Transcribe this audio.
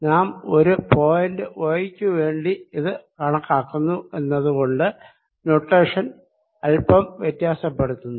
നാം ഒരു point y ക്കുവേണ്ടി ഇത് കണക്കാക്കുന്നു എന്നത് കൊണ്ട് നൊട്ടേഷൻ അൽപ്പം വ്യത്യാസപ്പെടുത്തുന്നു